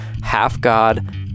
half-God